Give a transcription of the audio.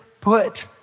put